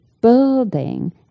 building